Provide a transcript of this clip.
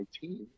team